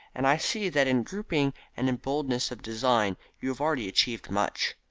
and i see that in grouping and in boldness of design you have already achieved much.